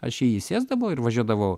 aš į jį sėsdavau ir važiuodavau